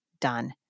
done